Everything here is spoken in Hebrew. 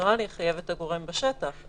כמובן שהנוהל יחייב את הגורם בשטח,